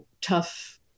tough